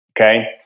Okay